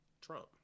trump